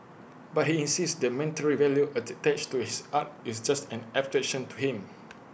but he insists the monetary value attached to his art is just an abstraction to him